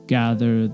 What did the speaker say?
gather